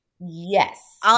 Yes